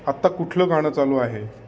आत्ता कुठलं गाणं चालू आहे